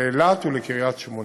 לאילת ולקריית שמונה.